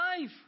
life